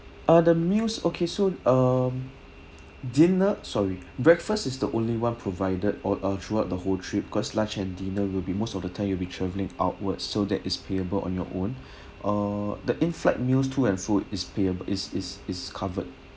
ah the meals okay so um dinner sorry breakfast is the only one provided uh throughout the whole trip because lunch and dinner will be most of the time you'll be travelling outwards so that is payable on your own uh the inflight meals to and fro is paya~ is is is covered